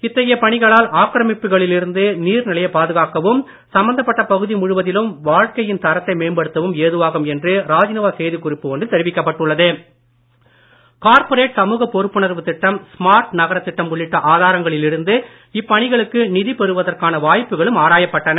இத்தகைய பணிகளால் ஆக்கிரமிப்புகளிலிருந்து நீர்நிலையை பாதுகாக்கவும் சம்பந்தப்பட்ட பகுதி முழுவதிலும் வாழ்க்கையின் தரத்தை மேம்படுத்தவும் ஏதுவாகும் என்று ராஜ்நிவாஸ் செய்திக் குறிப்பு ஒன்றில் தெரிவிக்கப்பட்டுள்ளது கார்ப்பரேட் சமூக பொறுப்புணர்வு திட்டம் ஸ்மார்ட் நகர திட்டம் உள்ளிட்ட ஆதாரங்களிலிருந்து இப்பணிகளுக்கு நிதி பெறுவதற்கான வாய்ப்புகளும் ஆராயப்பட்டன